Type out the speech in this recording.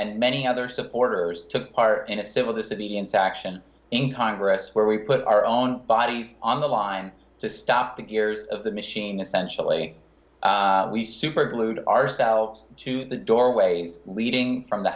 nd many other supporters took part in a civil disobedience action in congress where we put our own body on the line to stop the gears of the machine essentially we superglued ourselves to the doorway leading from the